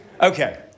Okay